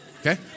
Okay